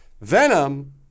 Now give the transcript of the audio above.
Venom